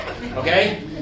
Okay